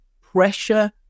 pressure